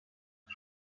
است